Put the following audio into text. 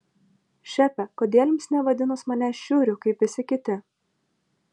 šefe kodėl jums nevadinus manęs šiuriu kaip visi kiti